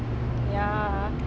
ya